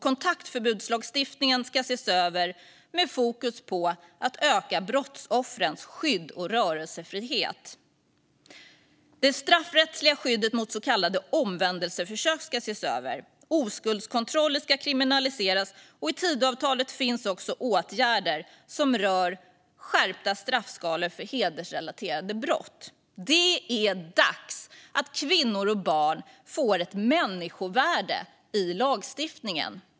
Kontaktförbudslagstiftningen ska ses över med fokus på att öka brottsoffrens skydd och rörelsefrihet. Det straffrättsliga skyddet mot så kallade omvändelseförsök ska ses över. Oskuldskontroller ska kriminaliseras. I Tidöavtalet finns också åtgärder som rör skärpta straffskalor för hedersrelaterade brott. Det är dags att kvinnor och barn får ett människovärde i lagstiftningen.